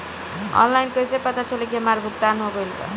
Online कईसे पता चली की हमार भुगतान हो गईल बा?